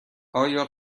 آیا